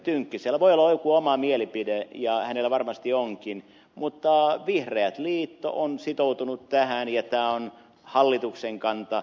tynkkysellä voi olla joku oma mielipide ja hänellä varmasti onkin mutta vihreä liitto on sitoutunut tähän ja tämä on hallituksen kanta